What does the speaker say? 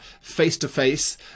face-to-face